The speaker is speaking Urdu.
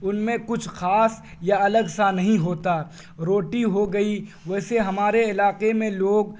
ان میں کچھ خاص یا الگ سا نہیں ہوتا روٹی ہو گئی ویسے ہمارے علاقے میں لوگ